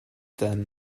then